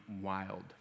wild